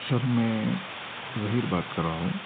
سر میں ظہیر بات کر رہا ہوں